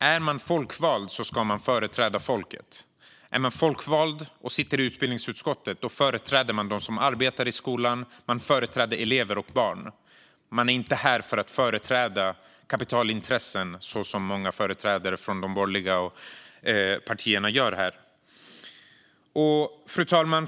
Är man folkvald ska man företräda folket. Är man folkvald och sitter i utbildningsutskottet företräder man dem som arbetar i skolan samt elever och barn. Man är inte här för att företräda kapitalintressen, vilket många företrädare för de borgerliga partierna gör. Fru talman!